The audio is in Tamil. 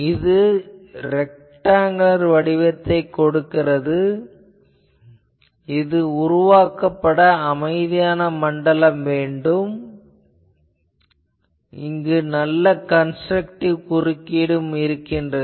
இது ரேக்டாங்குலர் வடிவத்தைக் கொடுக்கிறது இது உருவாக்கப்பட்ட அமைதியான மண்டலம் ஆகும் இங்கு நல்ல கன்ஸ்ட்ரக்டிவ் குறுக்கீடு உள்ளது